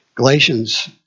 Galatians